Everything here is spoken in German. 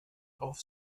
auf